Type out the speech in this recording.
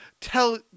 Tell